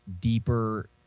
deeper